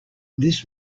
this